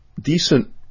decent